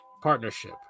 partnership